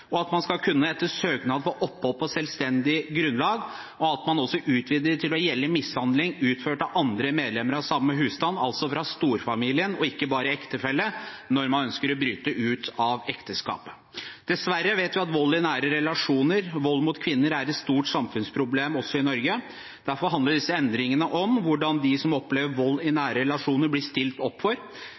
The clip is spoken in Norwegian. at man etter søknad skal kunne få opphold på selvstendig grunnlag, og at man utvider det til også å gjelde mishandling utført av andre medlemmer av samme husstand, altså av storfamilien, og ikke bare ektefellen, når man ønsker å bryte ut av ekteskapet. Dessverre vet vi at vold i nære relasjoner og vold mot kvinner er et stort samfunnsproblem også i Norge. Derfor handler disse endringene om hvordan vi stiller opp for dem som opplever vold i nære relasjoner,